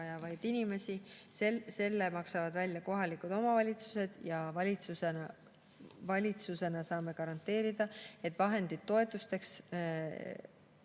vajavaid inimesi. Selle maksavad välja kohalikud omavalitsused ja valitsusena saame garanteerida, et vahendid toetusteks